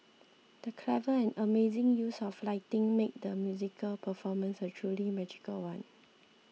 the clever and amazing use of lighting made the musical performance a truly magical one